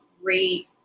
great